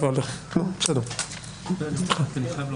בטבלה,